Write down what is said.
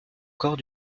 corps